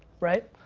right?